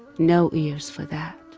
no ears for that.